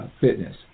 fitness